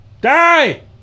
Die